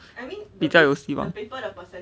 比较有希望